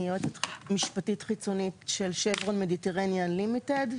אני יועצת משפטית חיצונית של שברון מדיטרניאן לימיטד.